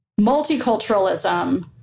multiculturalism